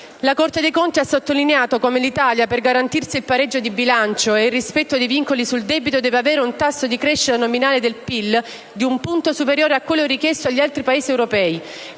La Corte dei conti ha sottolineato come l'Italia, per garantirsi il pareggio di bilancio e il rispetto dei vincoli sul debito, deve avere un tasso di crescita nominale del PIL di un punto superiore a quello richiesto agli altri Paesi europei